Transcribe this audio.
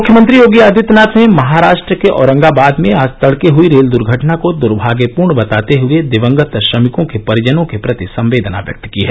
मुख्यमंत्री योगी आदित्यनाथ ने महाराष्ट्र के औरंगाबाद में आज तड़के हुई रेल दुर्घटना को दुर्भाग्यपूर्ण बताते हुए दिवंगत श्रमिकों के परिजनों के प्रति संवेदना व्यक्त की है